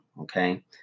Okay